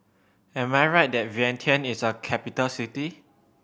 am I right that Vientiane is a capital city